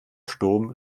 sturm